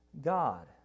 God